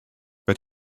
but